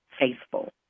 faithful